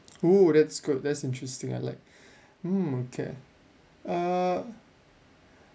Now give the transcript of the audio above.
!woo! that's good that's interesting I like hmm okay err